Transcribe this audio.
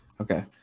Okay